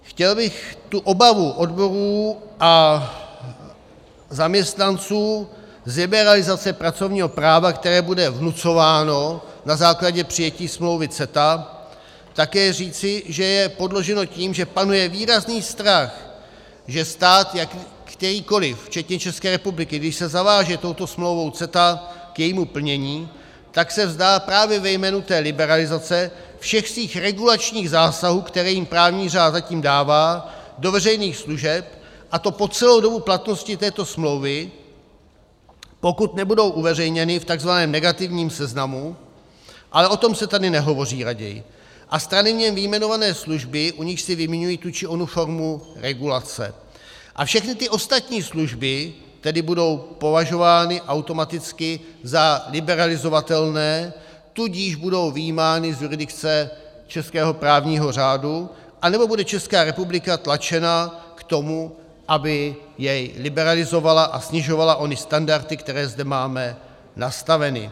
Chtěl bych tu obavu odborů a zaměstnanců z generalizace pracovního práva, které bude vnucováno na základě přijetí smlouvy CETA, také říci, že je podloženo tím, že panuje výrazný strach, že stát, kterýkoliv, včetně České republiky, když se zaváže touto smlouvou CETA k jejímu plnění, tak se vzdá právě ve jménu té liberalizace všech svých regulačních zásahů, které jim právní řád zatím dává, do veřejných služeb, a to po celou dobu platnosti této smlouvy, pokud nebudou uveřejněny v takzvaném negativním seznamu, ale o tom se tady raději nehovoří, a strany v něm vyjmenované služby, u nichž si vymiňují tu či onu formu regulace, a všechny ty ostatní služby tedy budou považovány automaticky za liberalizovatelné, tudíž budou vyjímány z jurisdikce českého právního řádu, anebo bude Česká republika tlačena k tomu, aby jej liberalizovala a snižovala ony standardy, které zde máme nastaveny.